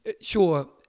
sure